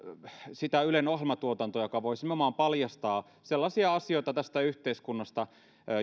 sitä ylen ohjelmatuotantoa joka voisi nimenomaan paljastaa sellaisia asioita tästä yhteiskunnasta